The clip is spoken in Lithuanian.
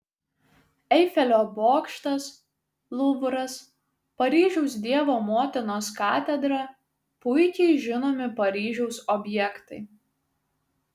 eifelio bokštas luvras paryžiaus dievo motinos katedra puikiai žinomi paryžiaus objektai